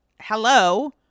hello